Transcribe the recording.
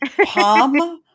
palm